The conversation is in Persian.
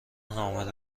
حامله